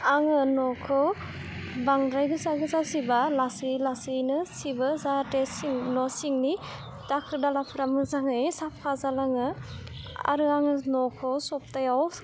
आङो न'खौ बांद्राय गोसा गोसा सिबा लासै लासैनो सिबो जाहाथे सिं न' सिंनि दाखोर दालाफ्रा मोजाङै साफा जालाङो आरो आङो न'खौ सप्तायाव